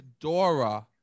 Dora